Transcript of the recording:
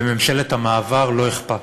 בממשלת המעבר, לא אכפת.